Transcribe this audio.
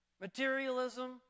Materialism